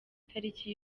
taliki